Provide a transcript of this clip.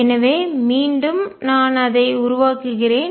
எனவே மீண்டும் நான் அதை உருவாக்குகிறேன்